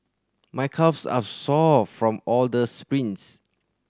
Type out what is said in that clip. my calves are sore from all the sprints